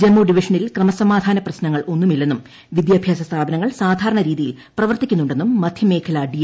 ജമ്മു ഡിവിഷനിൽ ക്രമസമാധാന പ്രശ്നങ്ങൾ ഒന്നുമില്ലെന്നും വിദ്യാഭ്യാസ സ്ഥാപനങ്ങൾ സാധാരണ രീതിയിൽ പ്രവർത്തിക്കുന്നുണ്ടെന്നും മധ്യമേഖലാ ഡി